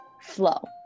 flow